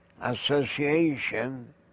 association